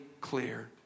clear